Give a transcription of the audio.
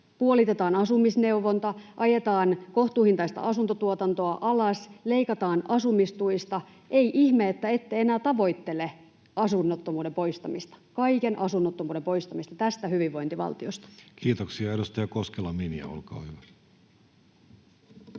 puolitetaan asumisneuvonta, ajetaan kohtuuhintaista asuntotuotantoa alas, leikataan asumistuista — ei ihme, että ette enää tavoittele asunnottomuuden poistamista, kaiken asunnottomuuden poistamista, tästä hyvinvointivaltiosta. Kiitoksia. — Edustaja Koskela, Minja, olkaa hyvä. Arvoisa